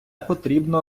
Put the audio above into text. потрібно